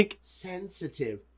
sensitive